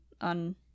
on